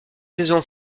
saison